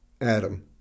Adam